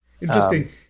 Interesting